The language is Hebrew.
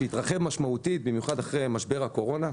שהתרחב משמעותית, במיוחד אחרי משבר הקורונה,